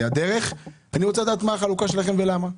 ו"הדרך" אני רוצה לדעת מהי החלוקה שלכם ולמה.